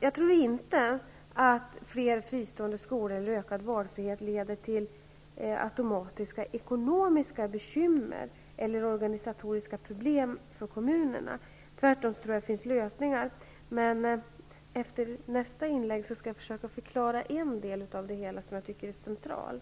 Jag tror inte att fler fristående skolor eller ökad valfrihet automatiskt leder till ekonomiska bekymmer eller organisatoriska problem för kommunerna. Tvärtom tror jag att det kan finnas lösningar. I mitt nästa inlägg skall jag försöka förklara en del av det som jag tycker är centralt.